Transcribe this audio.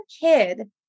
kid